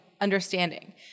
understanding